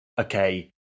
okay